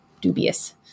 dubious